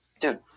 Dude